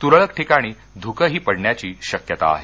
तुरळक ठिकाणी धुकही पडण्याची शक्यता आहे